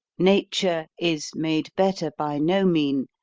nature is made better by no mean,